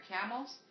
camels